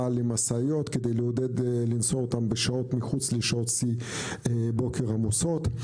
למשאיות כדי לעודד אותן לנסוע מחוץ לשעות שיא עמוסות בבוקר.